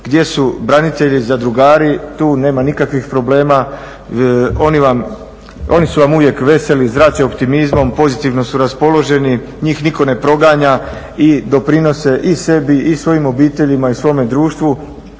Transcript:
gdje su branitelji zadrugari tu nema nikakvih problema. Oni su vam uvijek veseli, zrače optimizmom, pozitivno su raspoloženi. Njih nitko ne proganja i doprinose i sebi i svojim obiteljima i svome društvu